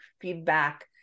feedback